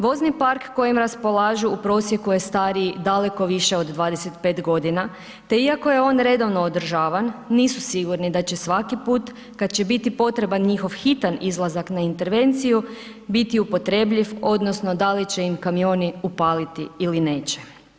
Vozni park kojim raspolažu u prosjeku je stariji daleko više od 25.g., te iako je on redovno održavan, nisu sigurni da će svaki put kad će biti potreban njihov hitan izlazak na intervenciju biti upotrebljiv odnosno da li će im kamioni upaliti ili neće.